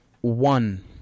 one